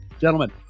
gentlemen